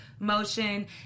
Motion